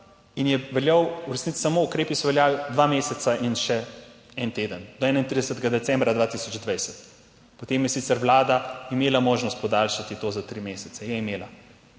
in je veljal v resnici, samo ukrepi so veljali dva meseca in še en teden, do 31. decembra 2020, potem je sicer vlada imela možnost podaljšati to za tri mesece je imela.